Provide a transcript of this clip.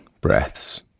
breaths